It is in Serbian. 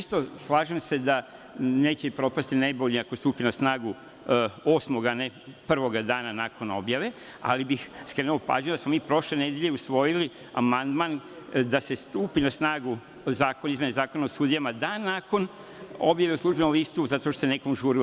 Slažem se da neće propasti najbolje ako stupi na snagu osmog, a ne prvog dana nakon objave, ali bih skrenuo pažnju da smo mi prošle nedelje usvojili amandman da stupi na snagu Zakon o izmenama Zakona o sudijama, dan nakon objave u „Službenom listi“, zato što se nekom žurilo.